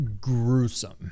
gruesome